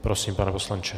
Prosím, pane poslanče.